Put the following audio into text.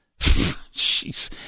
Jeez